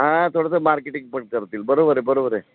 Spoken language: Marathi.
हां थोडंसं मार्केटिंग पण करतील बरोबर आहे बरोबर आहे